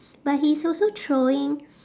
but he's also throwing